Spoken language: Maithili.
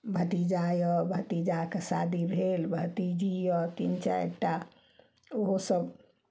भतीजा यऽ भतीजाके शादी भेल भतीजी यऽ तीन चारिटा ओहो सब